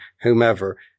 whomever